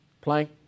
plank